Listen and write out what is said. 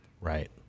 Right